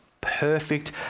perfect